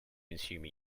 consume